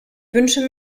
wünsche